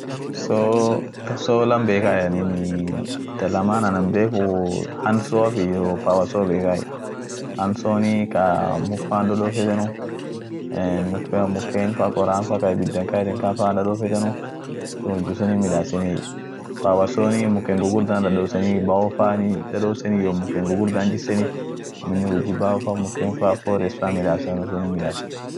skru driver biri beekai. skru driver flatediit jira, philipsiit jira, positivit jira, exagoniit jira, iskunii ka bare woni jaa kas isheenu, prescriptioniit jira iskun charekoa aminenii hanfaleai. isunio dandaani won ak chagenuut jir. iskuuni iskuun flatediit huji birian midaasen